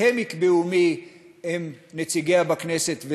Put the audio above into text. שהם יקבעו מי הם נציגיהם בכנסת,